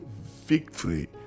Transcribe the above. victory